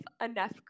enough